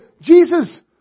Jesus